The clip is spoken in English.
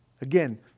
Again